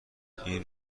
تواین